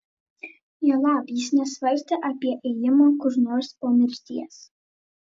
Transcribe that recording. juolab jis nesvarstė apie ėjimą kur nors po mirties